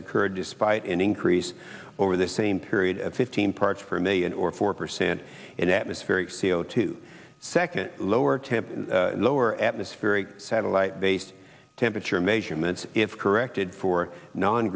occurred despite an increase over the same period of fifteen parts per million or four percent in atmospheric c o two second lower temp lower atmospheric satellite based temperature measurements if corrected for non